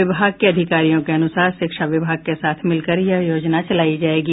विभाग के अधिकारियों के अनुसार शिक्षा विभाग के साथ मिलकर यह योजना चलाई जायेगी